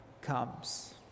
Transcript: comes